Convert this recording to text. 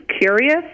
curious